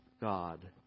God